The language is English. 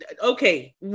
Okay